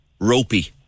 ropey